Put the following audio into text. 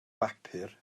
bapur